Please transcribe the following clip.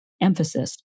emphasis